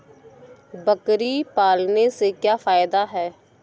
बकरी पालने से क्या फायदा है?